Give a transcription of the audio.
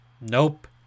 Nope